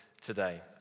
today